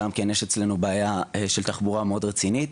גם כן יש אצלנו בעיה של תחבורה מאוד רצינית,